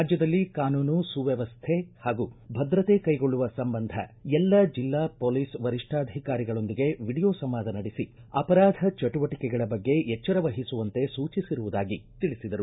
ರಾಜ್ಯದಲ್ಲಿ ಕಾನೂನು ಸುವ್ಯವಸ್ಥೆ ಪಾಗೂ ಭದ್ರತೆ ಕೈಗೊಳ್ಳುವ ಸಂಬಂಧ ಎಲ್ಲ ಜಿಲ್ಲಾ ಪೊಲೀಸ್ ವರಿಷ್ಠಾಧಿಕಾರಿಗಳೊಂದಿಗೆ ವಿಡಿಯೋ ಸಂವಾದ ನಡೆಸಿ ಅವರಾಧ ಚಟುವಟಿಕೆಗಳ ಬಗ್ಗೆ ಎಚ್ಚರ ವಹಿಸುವಂತೆ ಸೂಚಿಸಿರುವುದಾಗಿ ತಿಳಿಸಿದರು